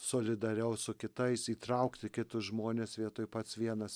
solidariau su kitais įtraukti kitus žmones vietoj pats vienas